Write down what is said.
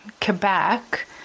Quebec